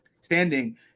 standing